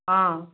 অঁ